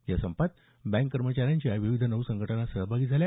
या संपात बँक कर्मचाऱ्यांच्या विविध नऊ संघटना सहभागी झाल्या